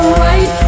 right